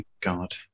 God